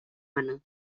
mana